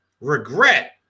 regret